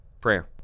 prayer